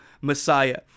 Messiah